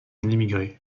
émigré